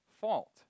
fault